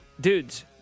dudes